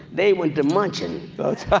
they went to munch and